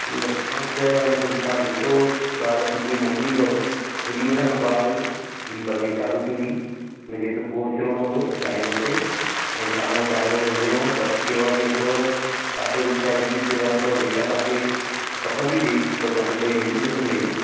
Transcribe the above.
इहो असां वटि कंहिं हिन समिझो जेको ॿार खे जीअं मोकिलींदौ ओॾीमहिल खां ॿार जी पढ़ाई चालू थींदी हुनखे सुबुह अचणो पवंदो टाइम ते ऐं शाम जो टाइम ते वञणो आहे बस सेवा बि अथव ऑटो रिक्शा जी बि सेवा अथव जेका तव्हां खे खपंदी हुजे उहा तव्हां खे ॿई मिली सघंदियूं आहिनि